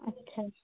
আচ্ছা